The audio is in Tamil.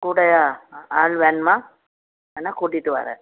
கூடயா ஆள் வேணுமா வேணால் கூட்டிகிட்டு வரேன்